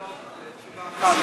אני רוצה לענות תשובה אחת לשניהם.